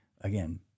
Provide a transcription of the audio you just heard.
again